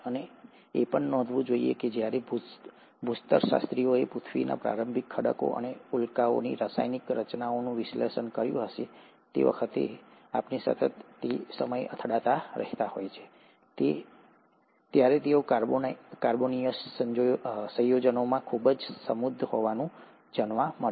અને એ પણ નોંધવું જોઈએ કે જ્યારે ભૂસ્તરશાસ્ત્રીઓએ પૃથ્વીના પ્રારંભિક ખડકો અને ઉલ્કાઓની રાસાયણિક રચનાનું વિશ્લેષણ કર્યું જે આપણને સતત અથડાતા રહે છે ત્યારે તેઓ કાર્બોનેસીયસ સંયોજનોમાં ખૂબ સમૃદ્ધ હોવાનું જણાયું હતું